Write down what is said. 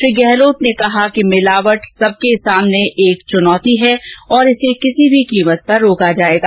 श्री गहलोत ने कहा कि मिलावट सबके सामने एक चुनौती है और इसे किसी भी कीमत पर रोका जायेगा